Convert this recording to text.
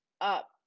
up